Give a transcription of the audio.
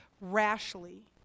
rashly